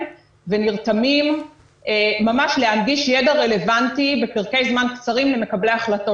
ונרתמים ממש להנגיש ידע רלוונטי בפרקי זמן קצרים למקבלי ההחלטות.